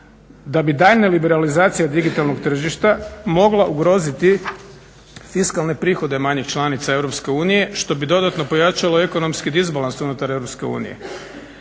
da bi daljnja liberalizacija digitalnog tržišta mogla ugroziti fiskalne prihode manjih članica EU što bi dodatno pojačalo ekonomski disbalans unutar EU.